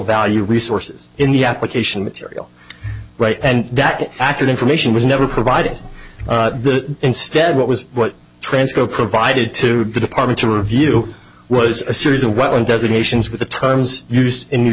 value resources in the application material right and that accurate information was never provided the instead what was transco provided to the department to review was a series of one designations with the terms used in new